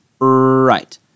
Right